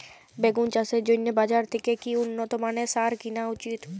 বেগুন চাষের জন্য বাজার থেকে কি উন্নত মানের সার কিনা উচিৎ?